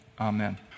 Amen